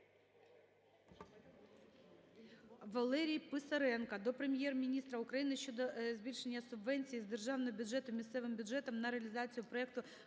Валерія Писаренка до Прем'єр-міністра України щодо збільшення субвенції з державного бюджету місцевим бюджетам на реалізацію проекту